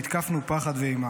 נתקפנו פחד ואימה.